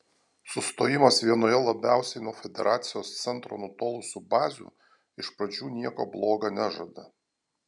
sustojimas vienoje labiausiai nuo federacijos centro nutolusių bazių iš pradžių nieko bloga nežada